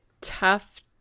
tough